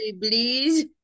please